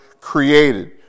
created